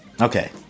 okay